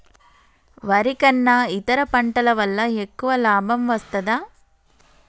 వరి కన్నా ఇతర పంటల వల్ల ఎక్కువ లాభం వస్తదా?